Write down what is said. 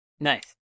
Nice